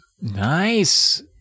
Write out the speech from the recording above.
nice